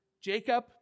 Jacob